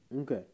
Okay